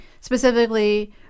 specifically